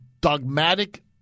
dogmatic